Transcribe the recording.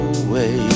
away